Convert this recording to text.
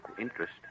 interest